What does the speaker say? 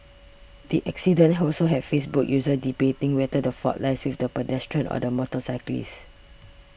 the accident also have Facebook users debating whether the fault lies with the pedestrian or the motorcyclist